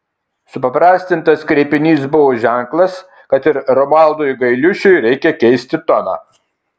supaprastintas kreipinys buvo ženklas kad ir romualdui gailiušiui reikia keisti toną